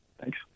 Thanks